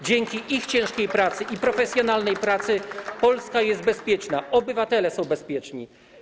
Dzięki ich ciężkiej i profesjonalnej pracy Polska jest bezpieczna, obywatele są bezpieczni.